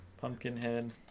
Pumpkinhead